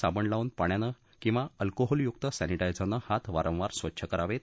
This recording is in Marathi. साबण लावून पाण्यानं किवा अल्कोहोलयुक्त सॅनिटाइझरनं हात वारंवार स्वच्छ करावेत